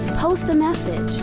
post a message.